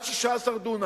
עד 16 דונם,